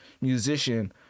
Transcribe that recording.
musician